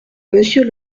monsieur